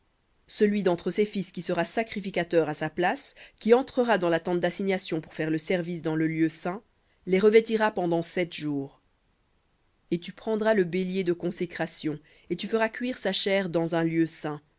celui d'entre ses fils qui sera sacrificateur à sa place qui entrera dans la tente d'assignation pour faire le service dans le lieu saint les revêtira pendant sept jours v litt l et tu prendras le bélier de consécration et tu feras cuire sa chair dans un lieu saint